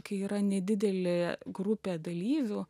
kai yra nedidelė grupė dalyvių